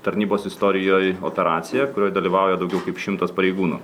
tarnybos istorijoj operaciją kurioj dalyvauja daugiau kaip šimtas pareigūnų